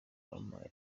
bampaye